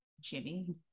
Jimmy